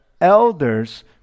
elders